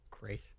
Great